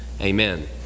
Amen